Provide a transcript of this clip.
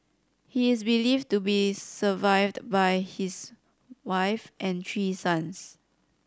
he is believed to be survived by his wife and three sons